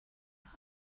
that